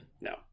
No